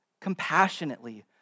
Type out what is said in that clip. Compassionately